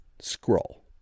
Scroll